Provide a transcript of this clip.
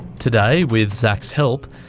today, with zach's help,